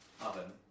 oven